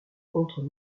contre